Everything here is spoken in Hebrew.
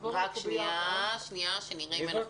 רקע ואז אכנס לענייני השותפים, ובכלל מה קורה.